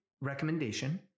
recommendation